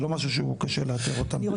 זה לא קשה לאתר אותם.